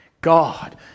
God